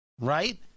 right